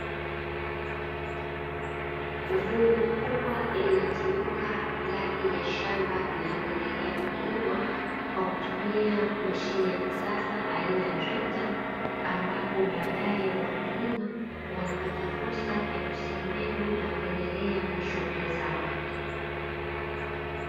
Vumbi kubwa linatimika ndani ya shamba linaloendelea kulimwa, kwa kutumia mashine ya kisasa aina ya trekta, ambapo baadae wakulima wanapata fursa ya kusia mbegu na kuendelea na shughuli zao.